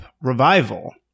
revival